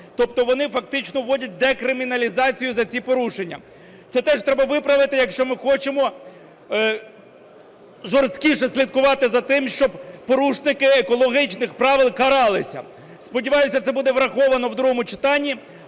тобто вони фактично вводять декриміналізацію за ці порушення. Це теж треба виправити, якщо ми хочемо жорсткіше слідкувати за тим, щоб порушники екологічних правил каралися. Сподіваюся, це буде враховано в другому читанні.